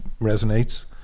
resonates